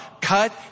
Cut